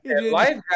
Life